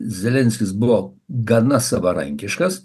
zelenskis buvo gana savarankiškas